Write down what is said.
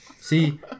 See